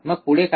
मग पुढे काय